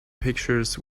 pictures